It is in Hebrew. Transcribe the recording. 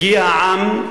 הגיע העם,